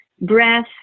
breath